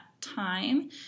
Time